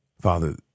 Father